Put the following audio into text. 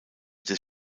des